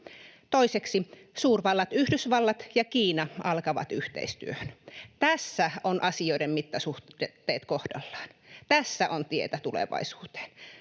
Toiseksi suurvallat Yhdysvallat ja Kiina alkavat yhteistyöhön. Tässä ovat asioiden mittasuhteet kohdallaan. Tässä on tietä tulevaisuuteen.